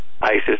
ISIS